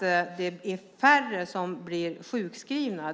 Det är färre som blir sjukskrivna.